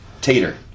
Tater